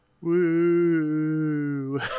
Woo